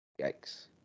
Yikes